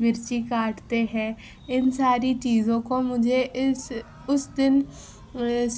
مرچی کاٹتے ہیں ان ساری چیزوں کو مجھے اس اس دن